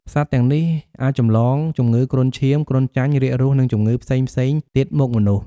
សត្វទាំងនេះអាចចម្លងជំងឺគ្រុនឈាម គ្រុនចាញ់ រាគរូស និងជំងឺផ្សេងៗទៀតមកមនុស្ស។